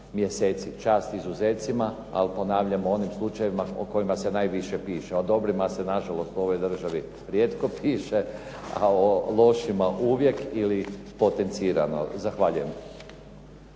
mjeseci, čast izuzecima ali ponavljam o onim slučajevima o kojima se najviše piše, o dobrima se nažalost u ovoj državi rijetko piše, a o lošima uvijek ili potencirano. Zahvaljujem.